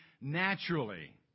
naturally